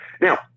Now